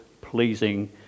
pleasing